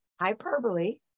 hyperbole